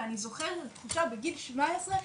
ואני זוכרת את התחושה בגיל 17,